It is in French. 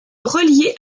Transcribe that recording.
relié